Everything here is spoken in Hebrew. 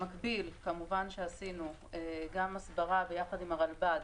במקביל עשינו, יחד עם הרלב"ד,